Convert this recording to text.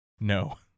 No